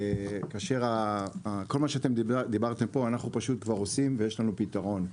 כל מה שאתם דיברתם פה אנחנו כבר עושים ויש לנו פתרון.